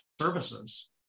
services